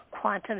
Quantum